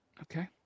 Okay